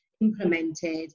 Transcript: implemented